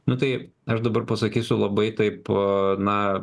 nu tai aš dabar pasakysiu labai taip na